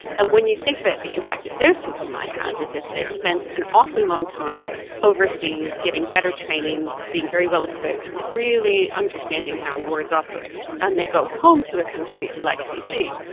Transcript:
and when you think about the impact that those people might have, is if they've spent an awfully long time overseas getting better training, being very well equipped, really understanding how wars operate, and then they go home to a country like fiji,